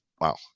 wow